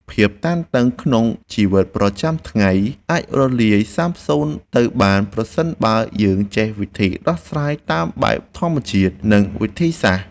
ភាពតានតឹងក្នុងជីវិតប្រចាំថ្ងៃអាចរលាយសាបសូន្យទៅបានប្រសិនបើយើងចេះវិធីដោះស្រាយតាមបែបធម្មជាតិ និង វិទ្យាសាស្ត្រ។